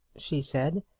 she said.